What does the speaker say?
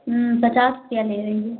पचास रुपया ले रही हो